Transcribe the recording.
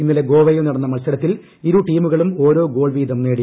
ഇന്നലെ ഗോവയിൽ നടന്ന മത്സരത്തിൽ ഇരുടീമുകളും ഓരോ ഗോൾ വീതം നേടി